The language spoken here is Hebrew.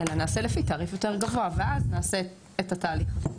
אלא נעשה לפי תעריף יותר גבוה ואז נעשה את התהליך.